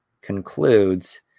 concludes